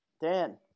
Dan